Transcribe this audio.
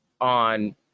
on